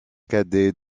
cadet